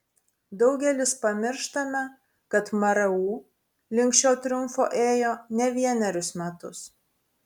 daugelis pamirštame kad mru link šio triumfo ėjo ne vienerius metus